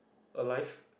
alive